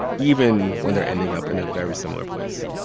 even when they're ending up in a very similar place.